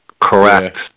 Correct